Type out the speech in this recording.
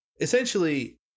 essentially